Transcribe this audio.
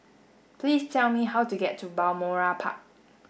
please tell me how to get to Balmoral Park